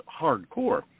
hardcore